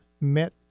met